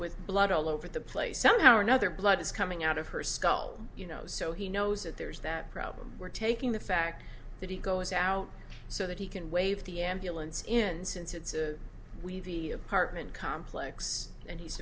with blood all over the place somehow or another blood is coming out of her skull you know so he knows that there's that problem we're taking the fact that he goes out so that he can wave the ambulance in since it's a we view apartment complex and he's